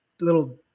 little